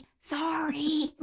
sorry